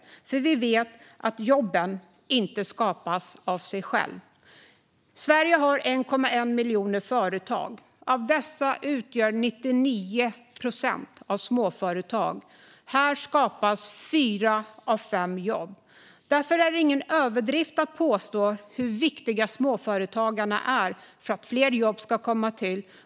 För vi vet att jobben inte skapas av sig själva. Sverige har 1,1 miljoner företag. Av dessa är 99 procent småföretag. Där skapas fyra av fem jobb. Därför är det ingen överdrift att påstå att småföretagarna är viktiga för att fler jobb ska komma till.